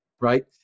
Right